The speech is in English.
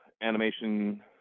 animation